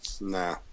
nah